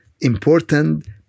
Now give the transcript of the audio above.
important